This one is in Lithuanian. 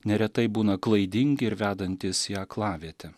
neretai būna klaidingi ir vedantys į aklavietę